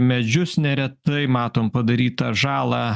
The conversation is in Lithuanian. medžius neretai matom padarytą žalą